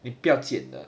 你不要见的